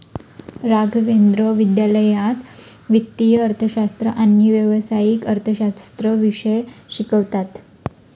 राघवेंद्र महाविद्यालयात वित्तीय अर्थशास्त्र आणि व्यावसायिक अर्थशास्त्र विषय शिकवतात